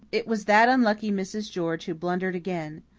it was that unlucky mrs. george who blundered again.